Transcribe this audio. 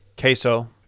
Queso